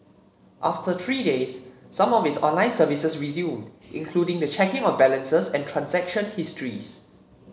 after three days some of its online services resumed including the checking of balances and transaction histories